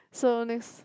so next